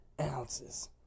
Ounces